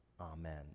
Amen